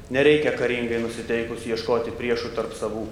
nereikia karingai nusiteikus ieškoti priešų tarp savų